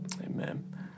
Amen